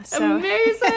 Amazing